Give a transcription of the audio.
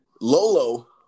Lolo